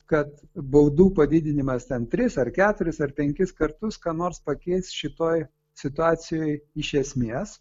kad baudų padidinimas ten tris ar keturis ar penkis kartus ką nors pakeis šitoj situacijoj iš esmės